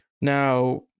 Now